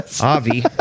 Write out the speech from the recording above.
Avi